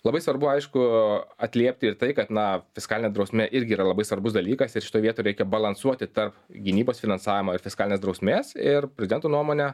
labai svarbu aišku atliepti ir tai kad na fiskalinė drausmė irgi yra labai svarbus dalykas ir šitoj vietoj reikia balansuoti tarp gynybos finansavimo ir fiskalinės drausmės ir predento nuomone